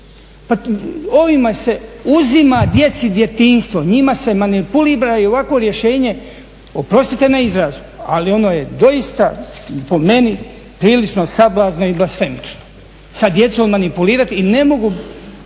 Pa ovima se uzima djeci djetinjstvo, njima se manipulira i ovakvo rješenje, oprostite na izrazu ali ono je doista po meni prilično sablasno i …/Govornik se ne razumije./… sa djecom manipulirati. I na mogu